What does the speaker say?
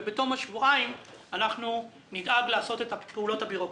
ובתום השבועיים אנחנו נדאג לעשות את הפעולות הבירוקרטיות".